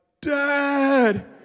Dad